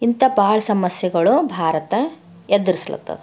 ಇಂಥ ಭಾಳ ಸಮಸ್ಯೆಗಳು ಭಾರತ ಎದುರಿಸಲತ್ತದ